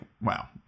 wow